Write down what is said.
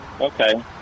Okay